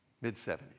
mid-70s